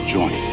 Join